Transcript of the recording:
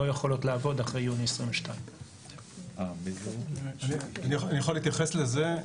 יכולות לעבוד אחרי יוני 2022. אני יכול להתייחס לזה.